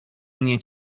mnie